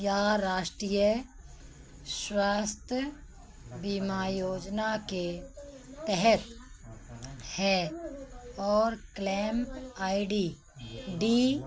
क्या राष्ट्रीय स्वास्थ्य बीमा योजना के तहत है और क्लेम आई डी डी